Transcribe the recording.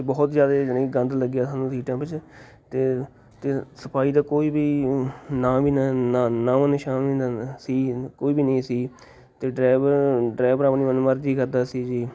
ਬਹੁਤ ਜ਼ਿਆਦੇ ਜਣੀ ਗੰਦ ਲੱਗਿਆ ਸਾਨੂੰ ਸੀਟਾਂ ਵਿੱਚ ਅਤੇ ਅਤੇ ਸਫਾਈ ਦਾ ਕੋਈ ਵੀ ਨਾ ਵੀ ਨਾ ਨਾ ਨਾਮੋ ਨਿਸ਼ਾਨ ਸੀ ਕੋਈ ਵੀ ਨਹੀਂ ਸੀ ਅਤੇ ਡਰਾਈਵਰ ਡਰਾਈਵਰ ਆਪਣੀ ਮਨਮਰਜ਼ੀ ਕਰਦਾ ਸੀ ਜੀ